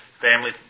family